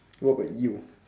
what about you